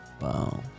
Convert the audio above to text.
Wow